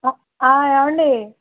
ఏమండీ